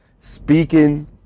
speaking